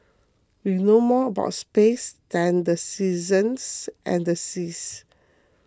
we know more about space than the seasons and the seas